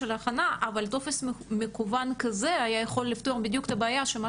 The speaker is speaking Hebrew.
אבל טופס מקוון כזה היה יכול לפתור בדיוק את הבעיה.